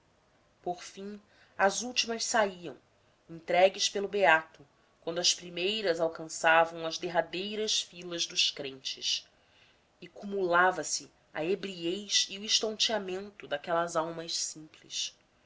por fim as últimas saíam entregues pelo beato quando as primeiras alcançavam as derradeiras filas de crentes e cumulava se a ebriez e o estonteamento daquelas almas simples